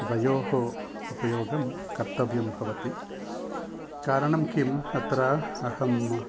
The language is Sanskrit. द्वयोः उपयोगः कर्तव्यः भवति कारणं किम् अत्र अहं